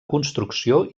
construcció